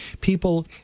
People